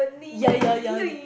ya ya ya